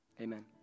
Amen